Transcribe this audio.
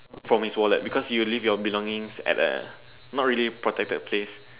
from his wallet because you leave his belongings not really at the protected place